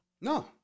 No